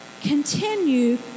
continue